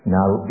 now